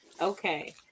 Okay